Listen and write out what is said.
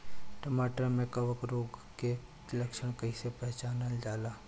टमाटर मे कवक रोग के लक्षण कइसे पहचानल जाला?